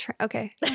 Okay